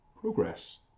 progress